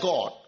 God